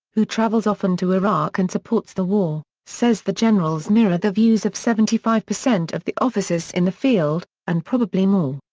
who travels often to iraq and supports the war, says the generals mirror the views of seventy five percent of the officers in the field, and probably more.